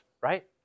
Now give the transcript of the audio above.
Right